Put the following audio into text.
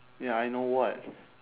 ya I know what